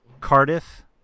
Cardiff